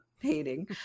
hating